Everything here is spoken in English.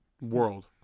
world